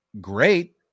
great